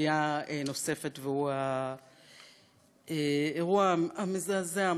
סוגיה נוספת היא האירוע המזעזע,